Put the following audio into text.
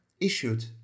issued